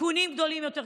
סיכונים גדולים יותר,